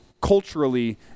culturally